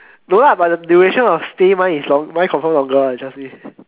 no lah but the duration of stay mah is longer mine confirm longer one trust me